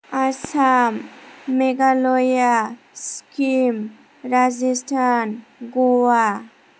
Assam Meghalaya Sikkim Rajasthan Goa